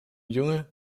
junge